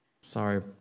Sorry